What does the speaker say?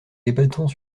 débattons